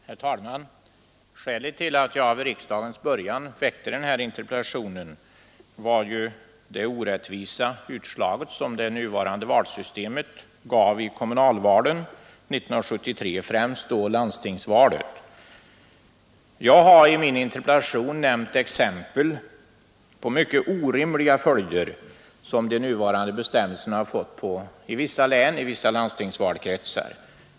Herr talman! Skälet till att jag vid höstriksdagens början framställde den här interpellationen var det orättvisa utslag som det nuvarande valsystemet gav i kommunvalen 1973, främst då i landstingsvalet. Jag har i min interpellation nämnt exempel på mycket orimliga följder som de nuvarande bestämmelserna har fått i vissa län och landstingsvalkretsar.